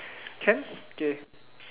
can okay